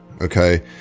okay